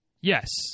Yes